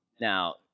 Now